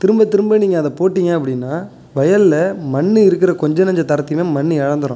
திரும்ப திரும்ப நீங்கள் அதை போட்டீங்க அப்படின்னா வயல்ல மண் இருக்கிற கொஞ்ச நஞ்ச தரத்தையுமே மண் இழந்துரும்